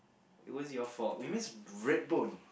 it was your fault we missed Red Bone